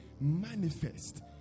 manifest